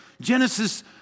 Genesis